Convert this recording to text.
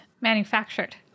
manufactured